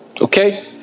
okay